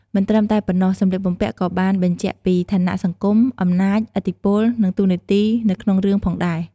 មិនត្រឹមតែប៉ុណ្ណោះ សម្លៀកបំពាក់ក៏បានបញ្ជាក់ពី ឋានៈសង្គម អំណាច ឥទ្ធិពល និងតួនាទីនៅក្នុងរឿងផងដែរ ។